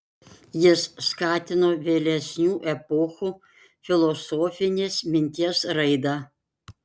jis skatino vėlesnių epochų filosofinės minties raidą